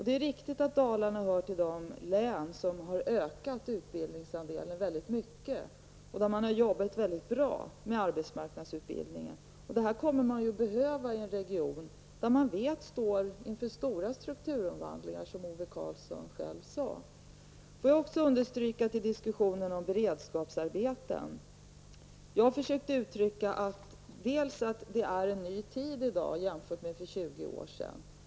Det är riktigt att Dalarna hör till de län som ökat sin utbildningsandel mycket kraftigt. Man har också jobbat mycket bra med arbetsmarknadsutbildningen. Detta kommer att behövas i en region som vi vet står inför stora strukturomvandlingar, något som Ove Karlsson själv framhöll. Jag har i fråga om beredskapsarbetena sagt att vi i dag har andra förhållanden än för 20 år sedan.